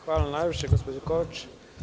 Hvala najlepše gospođo Kovač.